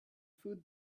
food